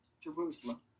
Jerusalem